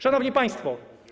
Szanowni Państwo!